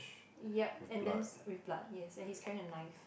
yup and then s~ with blood yes and he's carrying a knife